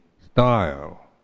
style